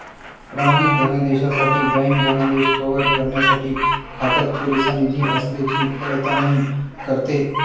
प्रमाणित धनादेशासाठी बँक धनादेश कव्हर करण्यासाठी खात्यात पुरेसा निधी असल्याची पडताळणी करते